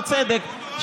בצדק,